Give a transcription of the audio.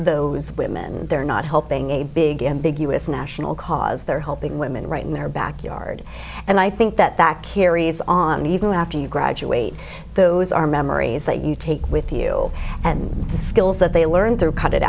those women and they're not helping a big ambiguous national cause they're helping women right in their backyard and i think that that carries on even after you graduate those are memories that you take with you and the skills that they learned through cut it